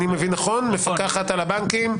המפקחת על הבנקים,